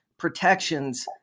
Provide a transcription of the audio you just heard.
protections